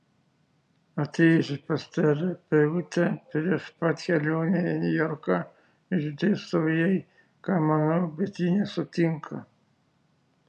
atėjusi pas terapeutę prieš pat kelionę į niujorką išdėstau jai ką manau bet ji nesutinka